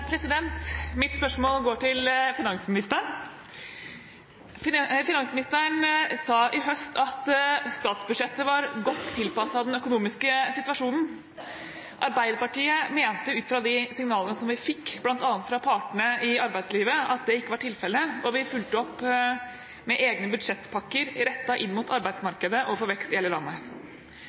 Mitt spørsmål går til finansministeren. Finansministeren sa i høst at statsbudsjettet var godt tilpasset den økonomiske situasjonen. Arbeiderpartiet mente ut fra de signalene som vi fikk, bl.a. fra partene i arbeidslivet, at det ikke var tilfellet, og vi fulgte opp med egne budsjettpakker rettet inn mot arbeidsmarkedet og for vekst i hele landet.